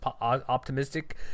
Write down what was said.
optimistic